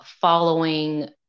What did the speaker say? following